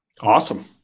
Awesome